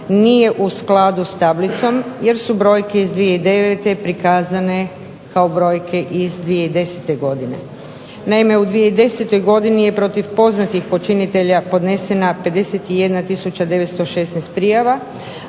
nije u skladu s tablicom jer su brojke iz 2009. prikazane kao brojke iz 2010. godine. Naime, u 2010. godini je protiv poznatih počinitelja podnesena 51 tisuća